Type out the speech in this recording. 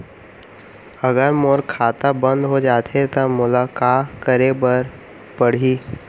अगर मोर खाता बन्द हो जाथे त मोला का करे बार पड़हि?